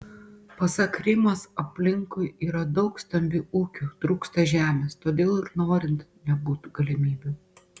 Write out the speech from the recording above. pasak rimos aplinkui yra daug stambių ūkių trūksta žemės todėl ir norint nebūtų galimybių